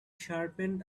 sharpened